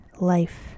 life